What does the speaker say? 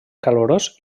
calorós